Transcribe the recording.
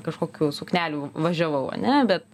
kažkokių suknelių važiavau ane bet